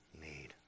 need